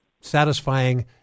satisfying